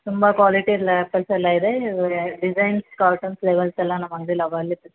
ತುಂಬ ಕ್ವಾಲಿಟಿ ಲ್ಯಾಪರ್ಸೆಲ್ಲ ಇದೆ ಡಿಸೈನ್ಸ್ ಕಾರ್ಟನ್ಸ್ ಲೆಬಲ್ಸ್ ಎಲ್ಲ ನಮ್ಮ ಅಂಗ್ಡಿಲಿ ಅವೈಲೆಬಲ್ ಇ